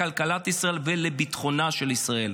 לכלכלת ישראל ולביטחונה של ישראל.